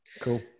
Cool